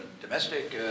domestic